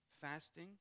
Fasting